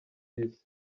isi